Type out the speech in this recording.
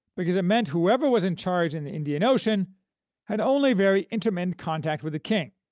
because it meant whoever was in charge in the indian ocean had only very intermittent contact with the king,